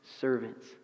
servants